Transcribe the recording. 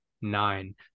nine